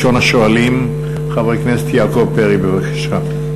ראשון השואלים, חבר הכנסת יעקב פרי, בבקשה.